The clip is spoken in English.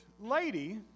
lady